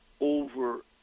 over